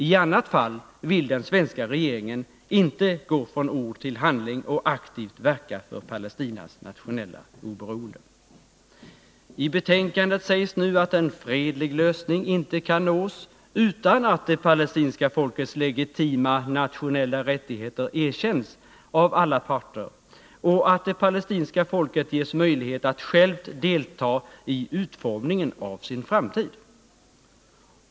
I annat fall vill den svenska regeringen inte gå från ord till handling och aktivt verka för Palestinas nationella oberoende. I betänkandet sägs nu att en fredlig lösning inte kan nås utan att det palestinska folkets legitima nationella rättigheter erkänns av alla parter, och att det palestinska folket ges möjlighet att självt delta i utformningen av sin framtid.